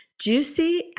Juicy